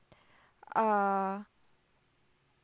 uh